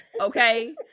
okay